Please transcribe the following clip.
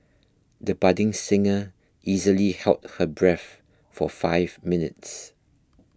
the budding singer easily held her breath for five minutes